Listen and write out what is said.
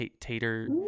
Tater